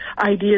ideas